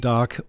Dark